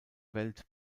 welt